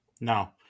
No